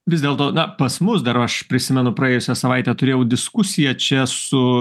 vis dėlto na pas mus dar aš prisimenu praėjusią savaitę turėjau diskusiją čia su